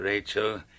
Rachel